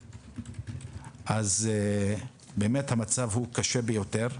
אז באמת המצב קשה ביותר.